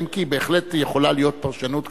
אם כי בהחלט יכולה להיות פרשנות כזאת.